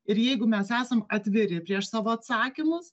ir jeigu mes esam atviri prieš savo atsakymus